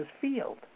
field